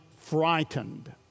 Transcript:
frightened